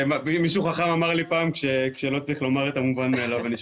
--- מישהו חכם אמר לי פעם 'כשלא צריך לומר את המובן מאליו אני שותק'.